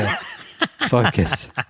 focus